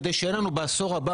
כדי שבעשור הבא,